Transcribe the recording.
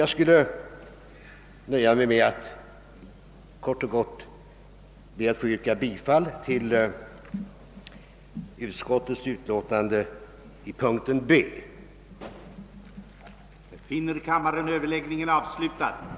Jag skall nöja mig med att i korthet yrka bifall till utskottets hemställan under mom. B.